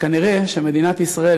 שכנראה מדינת ישראל,